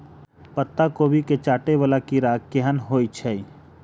पत्ता कोबी केँ चाटय वला कीड़ा केहन होइ छै?